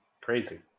Crazy